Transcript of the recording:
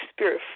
Spirit